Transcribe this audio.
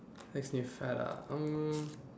makes me fat ah um